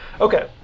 Okay